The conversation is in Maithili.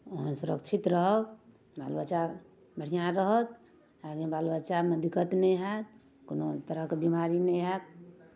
अहाँ सुरक्षित रहब बाल बच्चा बढ़िआँ रहत बादमे बाल बच्चामे दिक्कत नहि हैत कोनो तरहक बिमारी नहि हैत